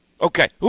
Okay